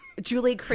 Julie